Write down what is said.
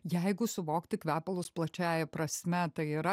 jeigu suvokti kvepalus plačiąja prasme tai yra